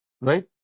Right